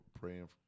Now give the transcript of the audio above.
praying